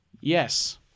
Yes